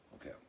Okay